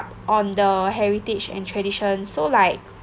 on the heritage and tradition so like